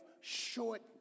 short